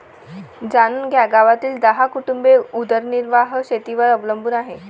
जाणून घ्या गावातील दहा कुटुंबे उदरनिर्वाह शेतीवर अवलंबून आहे